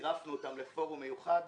צירפנו אותם לפורום מיוחד.